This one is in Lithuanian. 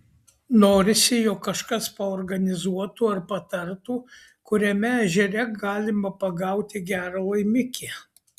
norisi jog kažkas paorganizuotų ar patartų kuriame ežere galima pagauti gerą laimikį